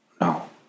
no